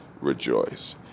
rejoice